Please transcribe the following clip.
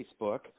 Facebook